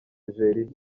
algeria